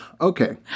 Okay